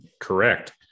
Correct